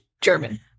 German